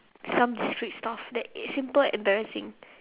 some discrete stuff that is simple and embarrassing